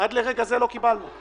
עד לרגע זה לא קיבלנו תשובה.